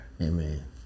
Amen